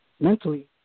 mentally